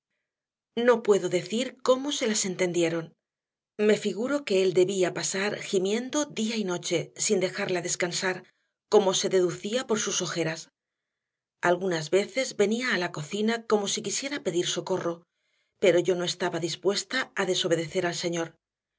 no puedo decir cómo se las entendieron me figuro que él debía pasarse gimiendo día y noche sin dejarla descansar como se deducía por sus ojeras algunas veces venía a la cocina como si quisiera pedir socorro pero yo no estaba dispuesta a desobedecer al señor